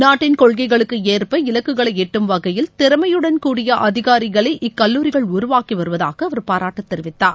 நாட்டின் கொள்கைகளுக்கு ஏற்ப இலக்குகளை எட்டும் வகையில் திறமையுடன் கூடிய அதிகாரிகளை இக்கல்லூரிகள் உருவாக்கி வருவதாக அவர் பாராட்டு தெரிவித்தார்